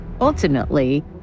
Ultimately